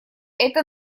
это